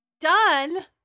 Done